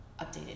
updated